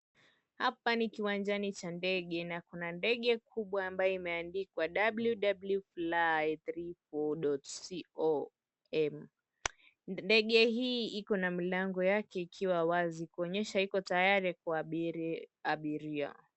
Hapa ni kiwanjani cha ndege na kuna ndege kubwa ambayo imeandikwa ww fly34.com. Ndege hii iko na mlango yake ikiwa wazi kuonyesha iko tayari kuabiri abiria.